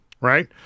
Right